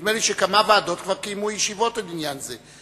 נדמה לי שכמה ועדות כבר קיימו ישיבות בעניין זה.